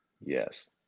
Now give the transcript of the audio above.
Yes